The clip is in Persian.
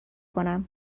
کنم